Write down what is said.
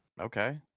Okay